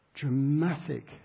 dramatic